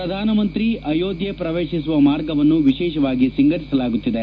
ಪ್ರಧಾನಮಂತ್ರಿ ಅಯೋಧ್ಯೆ ಪ್ರವೇಶಿಸುವ ಮಾರ್ಗವನ್ನು ವಿಶೇಷವಾಗಿ ಸಿಂಗರಿಸಲಾಗುತ್ತಿದೆ